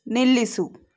ನಿಲ್ಲಿಸು